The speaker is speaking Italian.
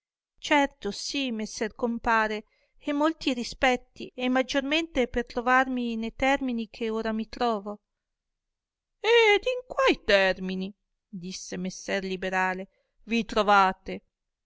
certo sì messer compare e molti rispetti e maggiormente per trovarmi ne termini che ora mi trovo ed in quai termini disse messer liberale vi trovate